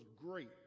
great